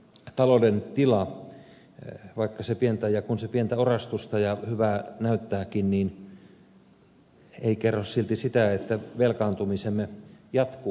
nimittäin tämä talouden tila vaikka ja kun se pientä orastusta ja hyvää näyttääkin ei kerro silti sitä että velkaantumisemme jatkuu